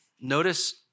notice